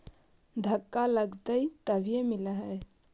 धक्का लगतय तभीयो मिल है?